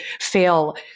fail